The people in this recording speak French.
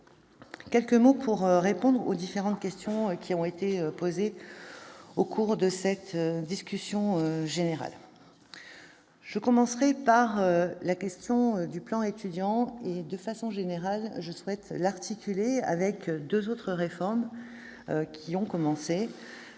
maintenant, pour répondre aux différentes questions qui ont été posées au cours de cette discussion générale. Je commencerai par la question du plan Étudiants. De façon générale, je souhaite l'articuler avec deux autres réformes qui ont commencé